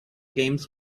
games